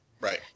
right